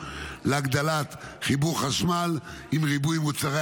לבניין בטופס 4 חברת החשמל תבצע את הבדיקות של רשויות